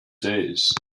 days